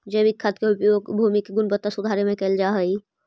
जैविक खाद के उपयोग भूमि के गुणवत्ता सुधारे में कैल जा हई